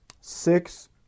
Six